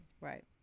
Right